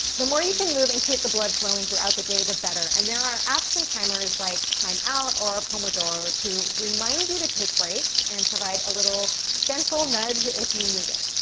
the more you can move and keep the blood flowing throughout the day, the better, and there are apps and timers like time out or pomodoro to remind you to take breaks and provide a little gentle nudge if you need it.